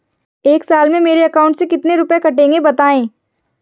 एक साल में मेरे अकाउंट से कितने रुपये कटेंगे बताएँ?